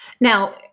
Now